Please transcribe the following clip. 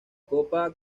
copa